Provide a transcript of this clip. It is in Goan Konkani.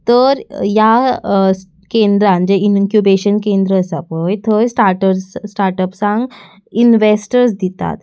तर ह्या केंद्रान जें इनक्युबेशन केंद्र आसा पय थंय स्टाटर्स स्टार्टअप्सांक इनवॅस्टर्स दितात